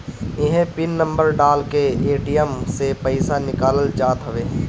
इहे pin number डाल के ए.टी.एम से पईसा निकालल जात बाटे